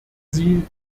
sie